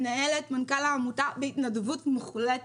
מנהלת מנכ"ל העמותה בהתנדבות מוחלטת.